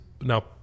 now